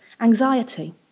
anxiety